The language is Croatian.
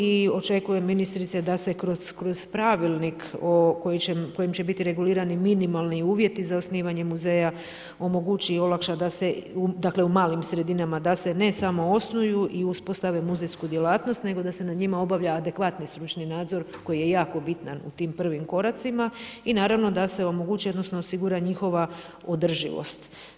I očekujem ministrice da se kroz pravilnik kojim će biti regulirani minimalni uvjeti za osnivanje muzeja omogući i olakša da se u malim sredinama da se ne samo osnuju i uspostave muzejsku djelatnost nego da se nad njima obavlja adekvatni stručni nadzor koji je jako bitan u prvim koracima i naravno da se omogući odnosno osigura njihova održivost.